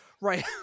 right